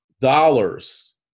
dollars